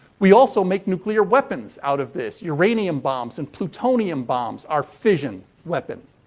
we also make nuclear weapons out of this. uranium bombs and plutonium bombs are fission weapons.